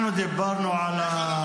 אנחנו דיברנו על הנרצחים,